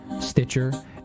Stitcher